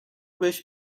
بهش